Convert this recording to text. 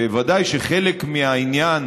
וודאי שחלק מהעניין,